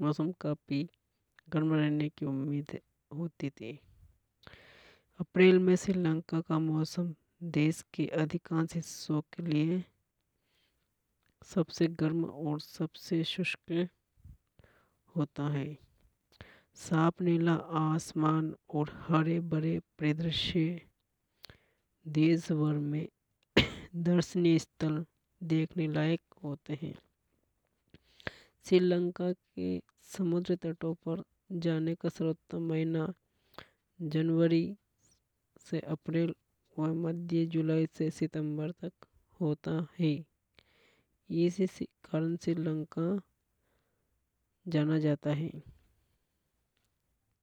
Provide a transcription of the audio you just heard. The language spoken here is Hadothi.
मौसम के की उम्मीद होती थी। अप्रैल में श्रीलंका का मौसम देश के अधिकांश हिस्सों के लिए सबसे गर्म और सबसे शुष्क होता है। साफ नीला आसमान और हरे भरे परिदृश्य देश भर में दर्शनीय स्थल देखने लायक होते है। श्रीलंका के समुद्र तटों पर जाने का सर्वोत्तम महीना जनवरी से अप्रैल व मध्य जुलाई से सितम्बर तक होता हे श्रीलंका जाना जाता है।